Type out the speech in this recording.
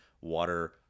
water